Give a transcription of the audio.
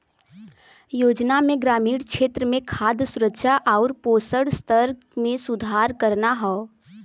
योजना में ग्रामीण क्षेत्र में खाद्य सुरक्षा आउर पोषण स्तर में सुधार करना हौ